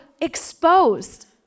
exposed